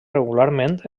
regularment